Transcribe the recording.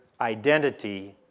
identity